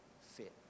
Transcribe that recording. fit